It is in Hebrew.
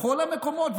בכל המקומות,